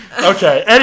Okay